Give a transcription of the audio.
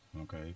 Okay